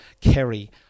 Kerry